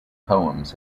poems